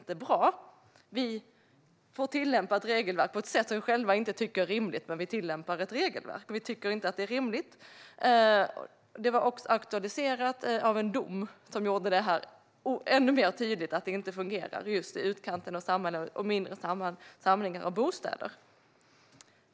Kommunerna får tillämpa ett regelverk på ett sätt som de själva inte tycker är rimligt, men de tillämpar regelverket. Detta var aktualiserat av en dom som gjorde det ännu mer tydligt att det inte fungerar i utkanten av samhällen och i mindre samlingar av bostäder.